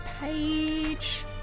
page